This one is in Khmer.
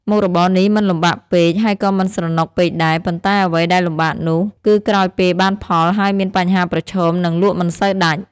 មុខរបរនេះមិនលំបាកពេក ហើយក៏មិនស្រណុកពេកដែរ ប៉ុន្តែអ្វីដែលលំបាកនោះ គឺក្រោយពេលបានផលហើយមានបញ្ហាប្រឈម និងលក់មិនសូវដាច់ ។